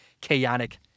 chaotic